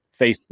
Facebook